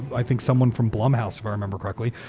i think someone from blumhouse, if i remember correctly,